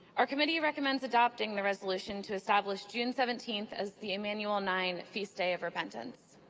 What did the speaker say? our committee recommends adopting the resolution to establish june seventeenth as the emmanuel nine feast day of repentance.